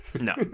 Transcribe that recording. No